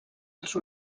els